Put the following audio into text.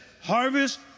harvest